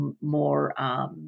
more